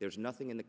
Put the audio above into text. there's nothing in the